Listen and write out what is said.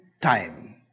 time